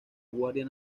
guardia